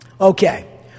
Okay